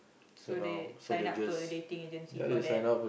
so they sign up to a dating agency for that